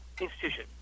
institution